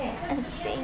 ಅದು ಸ್ವಿಂಗ್ ಇನ್